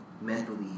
mentally